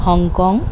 Hong Kong